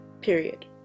period